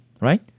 right